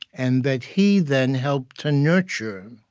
and that he then helped to nurture,